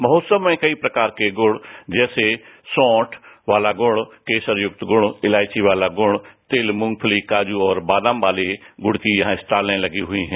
महोत्सव में कई प्रकार का गुड़ जैसे सॉठ वाला गुण केसर युक्त गुण इलायची वाला गुड़ तिल मूंगफली काजू और बादाम वाले गुड की यहां स्टाल लगी हुई हैं